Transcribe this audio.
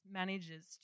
manages